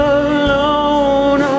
alone